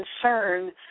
concern